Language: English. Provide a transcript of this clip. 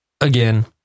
Again